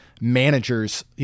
managers